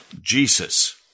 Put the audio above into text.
Jesus